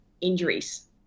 injuries